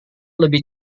lebih